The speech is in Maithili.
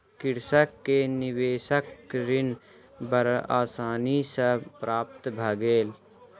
कृषक के निवेशक ऋण बड़ आसानी सॅ प्राप्त भ गेल